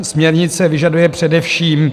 Směrnice vyžaduje především: